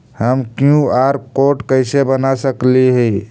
हम QR code कैसे बना सकली ही?